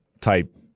type